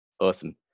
Awesome